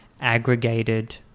aggregated